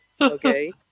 Okay